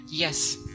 Yes